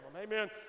Amen